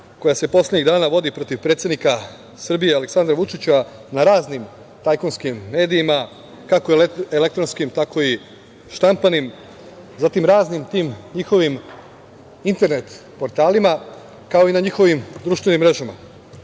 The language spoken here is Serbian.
koja se poslednjih dana vodi protiv predsednika Srbije Aleksandra Vučića na raznim tajkunskim medijima, kako elektronskim, tako i štampanim, zatim raznim tim njihovim internet portalima, kao i na njihovim društvenim mrežama.